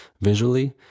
visually